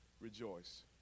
Rejoice